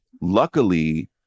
Luckily